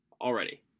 already